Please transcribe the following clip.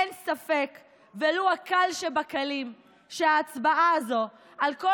אין ספק ולו הקל שבקלים שההצבעה הזו על כל